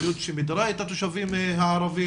מדיניות שמדירה את התושבים הערבים.